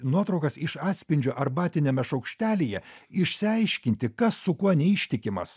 nuotraukas iš atspindžio arbatiniame šaukštelyje išsiaiškinti kas su kuo neištikimas